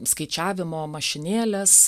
skaičiavimo mašinėles